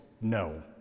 no